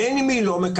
ובין אם היא לא מקבלת,